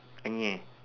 ah yeah